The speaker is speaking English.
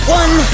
one